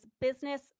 business